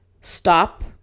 stop